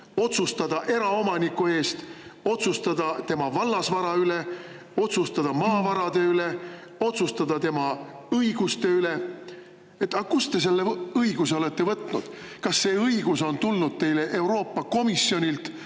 otsustada eraomaniku eest, otsustada tema vallasvara üle, otsustada maavarade üle, otsustada tema õiguste üle. Aga kust te selle õiguse olete võtnud? Kas see õigus on tulnud teile Euroopa Komisjonilt?